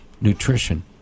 nutrition